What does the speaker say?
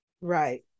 Right